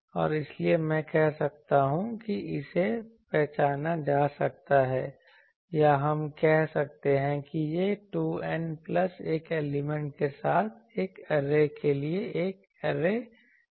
और इसलिए मैं कह सकता हूं कि इसे पहचाना जा सकता है या हम कह सकते हैं कि यह 2N प्लस 1 एलिमेंट के साथ एक ऐरे के लिए ऐरे फेक्टर है